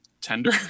tender